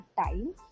time